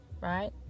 Right